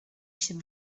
się